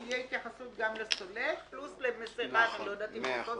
תהיה התייחסות גם לסולק וכן אני לא יודעת אם באותו